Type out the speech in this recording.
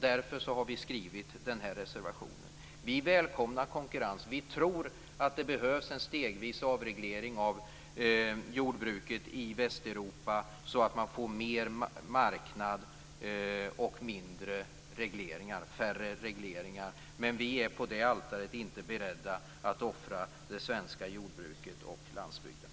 Därför har vi skrivit den här reservationen. Vi välkomnar konkurrens. Vi tror att det behövs en stegvis avreglering av jordbruket i Västeuropa, så att man får mer marknad och färre regleringar. Men på det altaret är vi inte beredda att offra det svenska jordbruket och landsbygden.